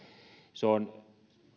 se on